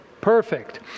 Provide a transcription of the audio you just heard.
Perfect